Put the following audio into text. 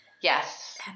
Yes